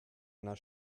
einer